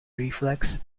reflex